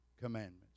commandments